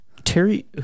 Terry